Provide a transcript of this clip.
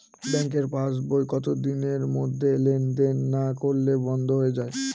ব্যাঙ্কের পাস বই কত দিনের মধ্যে লেন দেন না করলে বন্ধ হয়ে য়ায়?